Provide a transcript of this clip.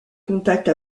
contacte